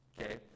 Okay